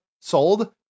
sold